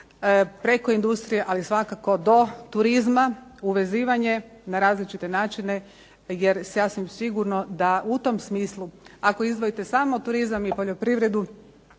preko industrije, ali svakako do turizma uvezivanje na različite načine, jer sasvim sigurno u tom smislu ako izdvojite samo turizam i poljoprivredu